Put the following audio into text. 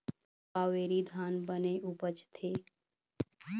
कावेरी धान बने उपजथे?